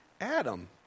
Adam